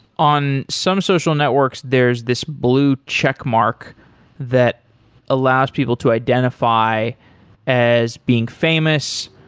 on some social networks, there is this blue checkmark that allows people to identify as being famous,